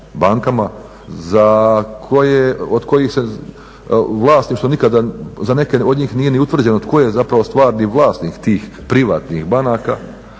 bankama za koje, od kojih se vlasništvo, za neke od njih nije ni utvrđeno tko je zapravo stvarni vlasnih tih privatnih banaka,